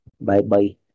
Bye-bye